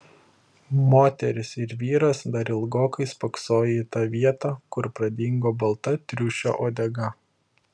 moteris ir vyras dar ilgokai spoksojo į tą vietą kur pradingo balta triušio uodega